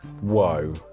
Whoa